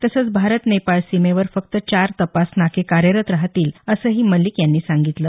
तसंच भारत नेपाळ सीमेवर फक्त चार तपास नाके कार्यरत राहतील असंही मलीक यावेळी म्हणाले